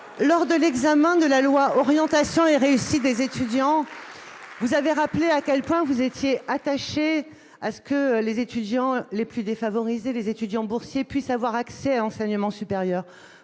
Lors de l'examen de la loi relative à l'orientation et à la réussite des étudiants, vous avez rappelé à quel point vous étiez attachée à ce que les étudiants les plus défavorisés, les étudiants boursiers, puissent avoir accès à l'enseignement supérieur.